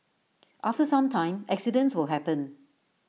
after some time accidents will happen